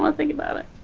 ah think about it.